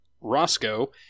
Roscoe